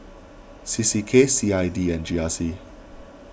C C K C I D and G R C